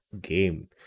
game